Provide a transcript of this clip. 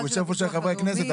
הוא יושב איפה שחברי הכנסת,